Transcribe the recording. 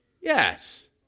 Yes